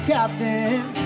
Captain